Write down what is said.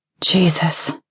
Jesus